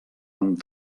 amb